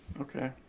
Okay